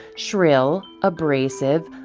shrill, abrasive,